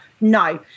No